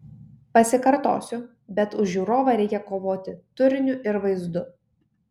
pasikartosiu bet už žiūrovą reikia kovoti turiniu ir vaizdu